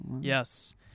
Yes